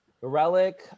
relic